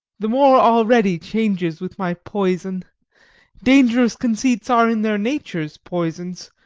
the moor already changes with my poison dangerous conceits are in their natures poisons,